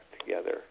together